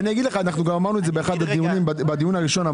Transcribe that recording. אמרנו את זה גם באחד הדיונים, בדיון הראשון.